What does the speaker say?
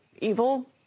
evil